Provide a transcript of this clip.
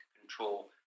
control